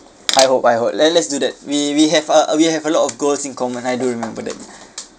I hope I hope let let's do that we we have a we have a lot of goals in common I do remember that